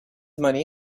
money